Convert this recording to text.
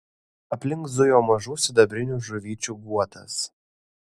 aplink zujo mažų sidabrinių žuvyčių guotas